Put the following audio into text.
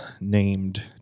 named